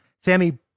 Sammy